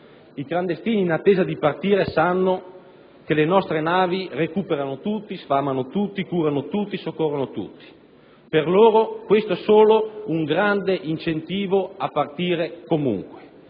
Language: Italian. I clandestini in attesa di partire sanno che le nostre navi recuperano tutti, sfamano tutti, curano tutti, soccorrono tutti. Per loro, questo è solo un grande incentivo a partire comunque.